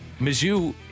mizzou